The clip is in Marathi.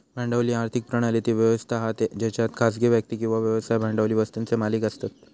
भांडवली आर्थिक प्रणाली ती व्यवस्था हा जेच्यात खासगी व्यक्ती किंवा व्यवसाय भांडवली वस्तुंचे मालिक असतत